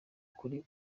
kuri